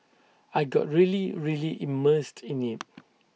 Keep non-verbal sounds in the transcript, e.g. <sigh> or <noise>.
I got really really immersed in IT <noise>